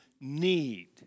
need